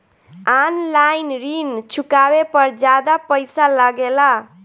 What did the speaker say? आन line ऋण चुकावे पर ज्यादा पईसा लगेला?